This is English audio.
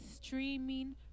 streaming